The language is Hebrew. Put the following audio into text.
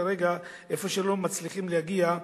כרגע איפה שלא מצליחים להגיע,